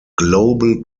global